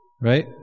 Right